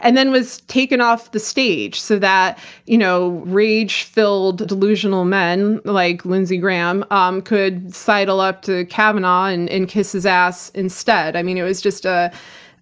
and then was taken off the stage so that you know rage-filled delusional men, like lindsey graham, um could sidle up to kavanaugh and and kiss his ass instead. i mean, it was just ah